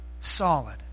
solid